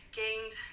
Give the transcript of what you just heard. gained